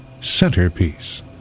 centerpiece